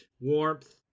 warmth